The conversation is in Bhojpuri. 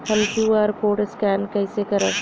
हम क्यू.आर कोड स्कैन कइसे करब?